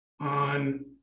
on